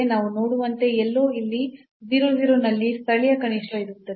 ನಾವು ನೋಡುವಂತೆ ಎಲ್ಲೋ ಇಲ್ಲಿ 00 ನಲ್ಲಿ ಸ್ಥಳೀಯ ಕನಿಷ್ಠ ಇರುತ್ತದೆ